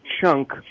chunk